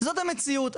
זאת המציאות,